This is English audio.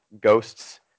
ghosts